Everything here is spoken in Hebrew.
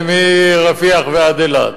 מרפיח ועד אילת,